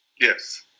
Yes